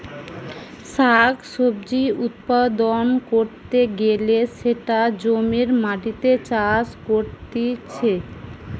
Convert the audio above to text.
শাক সবজি উৎপাদন ক্যরতে গ্যালে সেটা জমির মাটিতে চাষ করতিছে